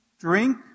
drink